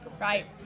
Right